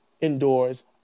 indoors